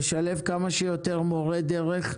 לשלב כמה שיותר מורי דרך,